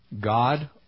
God